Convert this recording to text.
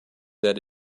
that